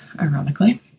ironically